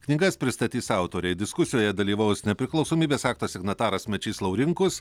knygas pristatys autoriai diskusijoje dalyvaus nepriklausomybės akto signataras mečys laurinkus